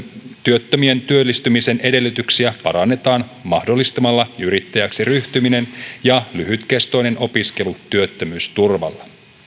työttömien työllistymisen edellytyksiä parannetaan mahdollistamalla yrittäjäksi ryhtyminen ja lyhytkestoinen opiskelu työttömyysturvalla